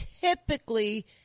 typically